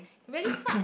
really smart